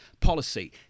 policy